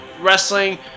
wrestling